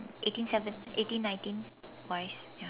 eighteen seven eighteen nineteen wise ya